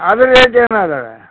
ಅದು ರೇಟ್ ಏನು ಅದಾವೇ